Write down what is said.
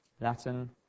Latin